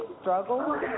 struggle